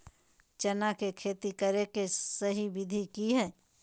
चना के खेती करे के सही विधि की हय?